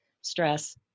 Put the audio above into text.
stress